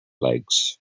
legs